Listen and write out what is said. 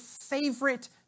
favorite